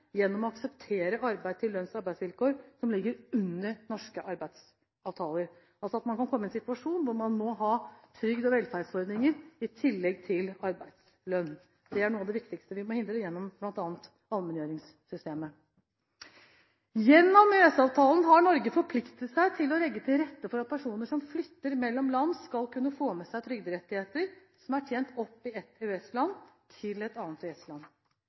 gjennom å akseptere arbeid til lønns- og arbeidsvilkår som ligger under norske arbeidsavtaler, altså at man kan komme i en situasjon hvor man må ha trygde- og velferdsordninger i tillegg til arbeidslønn. Det er noe av det viktigste vi må hindre gjennom bl.a. allmenngjøringssystemet. Gjennom EØS-avtalen har Norge forpliktet seg til å legge til rette for at personer som flytter mellom land, skal kunne få med seg trygderettigheter som er tjent opp i ett EØS-land, til et annet